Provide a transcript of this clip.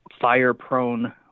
fire-prone